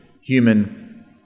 human